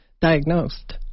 diagnosed